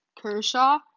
Kershaw